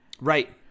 Right